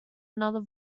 another